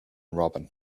robin